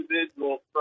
individual